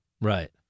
Right